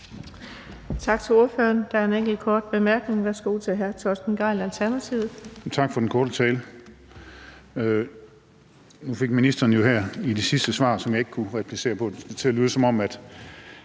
Tak til ordføreren. Der er en enkelt kort bemærkning. Værsgo til hr. Torsten Gejl, Alternativet. Kl. 15:34 Torsten Gejl (ALT): Tak for den korte tale. Nu fik ministeren jo i det sidste svar, som jeg ikke kunne replicere på, det til at lyde, som om jeg